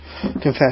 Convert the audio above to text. confession